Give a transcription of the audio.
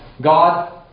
God